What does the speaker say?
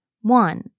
One